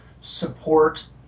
support